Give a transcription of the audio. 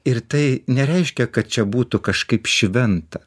ir tai nereiškia kad čia būtų kažkaip šventa